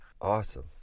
Awesome